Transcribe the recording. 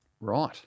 right